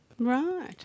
Right